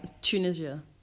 Tunisia